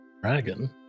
dragon